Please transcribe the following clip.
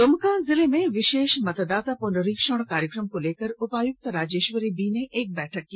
द्मका जिले में विशेष मतदाता पुनरीक्षण कार्यक्रम को लेकर उपायुक्त राजेश्वरी बी ने एक महत्वपूर्ण बैठक की